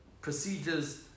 procedures